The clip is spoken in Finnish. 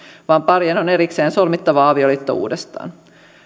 vaan parien on erikseen solmittava avioliitto uudestaan